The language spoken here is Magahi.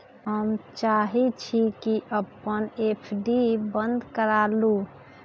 हम चाहई छी कि अपन एफ.डी बंद करा लिउ